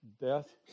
death